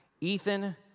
Ethan